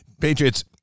Patriots